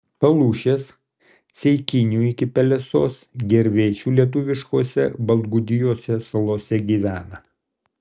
palūšės ceikinių iki pelesos gervėčių lietuviškose baltgudijos salose gyvena